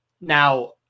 now